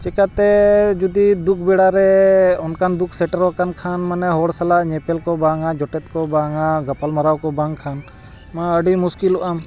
ᱪᱤᱠᱟᱹᱛᱮ ᱡᱩᱫᱤ ᱫᱩᱠ ᱵᱮᱲᱟ ᱨᱮ ᱚᱱᱠᱟᱱ ᱫᱩᱠ ᱥᱮᱴᱮᱨᱚᱜ ᱠᱟᱱ ᱠᱷᱟᱱ ᱢᱟᱱᱮ ᱦᱚᱲ ᱥᱟᱞᱟᱜ ᱧᱮᱯᱮᱞ ᱠᱚ ᱵᱟᱝᱟ ᱡᱚᱴᱮᱫ ᱠᱚ ᱵᱟᱝᱟ ᱜᱟᱯᱟᱞᱢᱟᱨᱟᱣ ᱠᱚ ᱵᱟᱝᱠᱷᱟᱱ ᱢᱟ ᱟᱹᱰᱤ ᱢᱩᱥᱠᱤᱞᱚᱜ ᱟᱢ